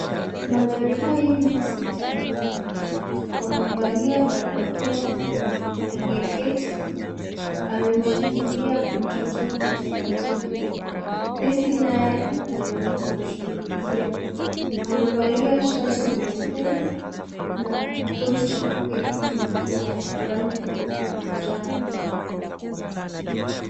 Mandhari haya ni hospitalini ,wamevalia barakoa aliyeketi amemshikilia mtoto kwa utaratibu nesi naye anajaribu kumshughulikia. Amevalia shati nyeupe na koti fupi ya rangi ya manjano.